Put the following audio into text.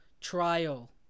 trial